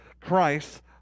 Christ